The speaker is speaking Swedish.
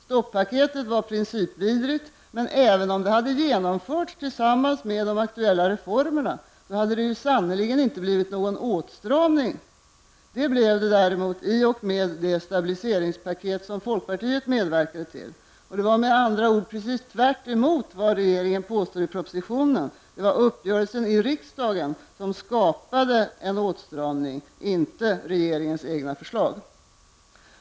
Stopp-paketet var principvidrigt, men även om det hade genomförts tillsammans med de aktuella reformerna hade det sannerligen inte blivit någon åtstramning. Det blev det däremot i och med det stabiliseringspaket som folkpartiet medverkade till. Det var med andra ord precis tvärtemot vad regeringen påstår i propositionen. Det var uppgörelsen i riksdagen som skapade en åtstramning, inte regeringens egna förslag.